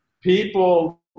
people